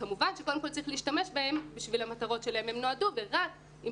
כמובן שקודם כל צריך להשתמש בהם עבור המטרות להן הם נועדו ורק אם